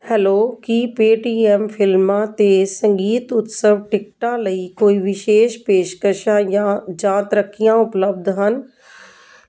hello ਕੀ Paytm ਫਿਲਮਾਂ ਅਤੇ ਸੰਗੀਤ ਉਤਸਵ ਟਿਕਟਾਂ ਲਈ ਕੋਈ ਵਿਸ਼ੇਸ਼ ਪੇਸ਼ਕਸ਼ਾਂ ਜਾਂ ਜਾਂ ਤਰੱਕੀਆਂ ਉਪਲਬਧ ਹਨ